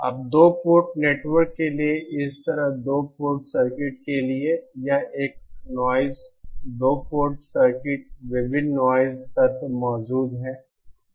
अब 2 port network के लिए इस तरह 2 पोर्ट सर्किट के लिए यह एक नॉइज़ 2 पोर्ट सर्किट विभिन्न नॉइज़ तत्व मौजूद है